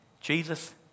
Jesus